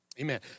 Amen